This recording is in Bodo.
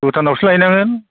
भुटानआवसो लायनांगोन